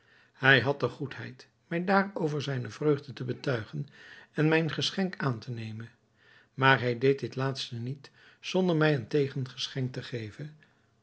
hij had de goedheid mij daarover zijne vreugde te betuigen en mijn geschenk aan te nemen maar hij deed dit laatste niet zonder mij een tegengeschenk te geven